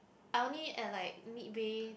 I only at like midway